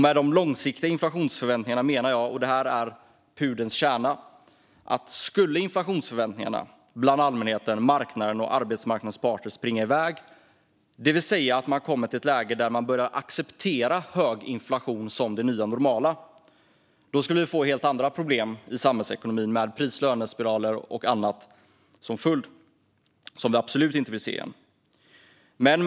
Med de långsiktiga inflationsförväntningarna menar jag - och detta är pudelns kärna - att om inflationsförväntningarna bland allmänheten, marknaden och arbetsmarknadens parter skulle springa iväg, dvs att man kom till ett läge där man började acceptera hög inflation som det nya normala, skulle vi få helt andra problem i samhällsekonomin med prislönespiraler och annat som vi absolut inte vill se igen.